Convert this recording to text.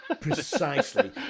Precisely